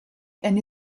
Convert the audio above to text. and